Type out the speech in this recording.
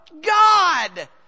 God